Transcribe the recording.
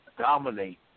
dominate